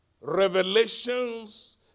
revelations